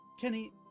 Kenny